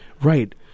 Right